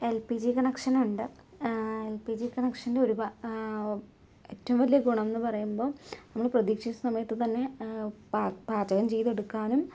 L P G കണക്ഷനുണ്ട് L P G കണക്ഷൻ്റെ ഒരു ഏറ്റവും വലിയ ഗുണമെന്ന് പറയുമ്പം നമ്മള് പ്രതീക്ഷിച്ച സമയത്തു തന്നെ പാചകം ചെയ്തെടുക്കാനും